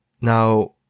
Now